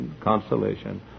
consolation